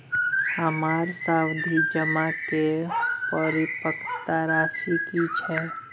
हमर सावधि जमा के परिपक्वता राशि की छै?